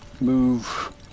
move